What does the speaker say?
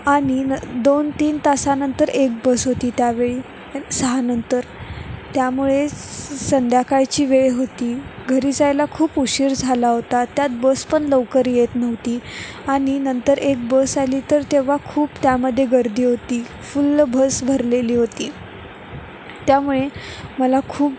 आणि न दोन तीन तासानंतर एक बस होती त्यावेळी सहा नंतर त्यामुळे स संध्याकाळची वेळ होती घरी जायला खूप उशीर झाला होता त्यात बस पण लवकर येत नव्हती आणि नंतर एक बस आली तर तेव्हा खूप त्यामध्ये गर्दी होती फुल्ल बस भरलेली होती त्यामुळे मला खूप